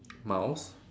mouse